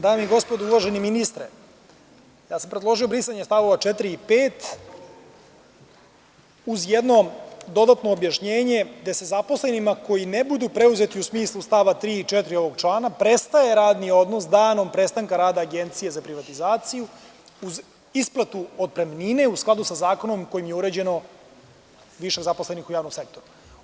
Dame i gospodo, uvaženi ministre, predložio sam brisanje stavova 4. i 5. uz jedno dodatno objašnjenje gde se zaposlenima koji ne budu preuzete u smislu stava 3. i 4. ovog člana prestaje radni odnos danom prestanka rada Agencije za privatizaciju uz isplatu otpremnine u skladu sa zakonom kojim je urađeno više zaposlenih u javnom sektoru.